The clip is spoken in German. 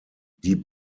die